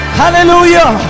hallelujah